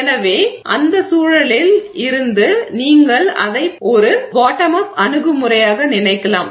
எனவே அந்த சூழலில் இருந்து நீங்கள் அதை ஒரு பாட்டம் அப் அணுகுமுறையாக நினைக்கலாம்